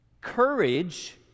courage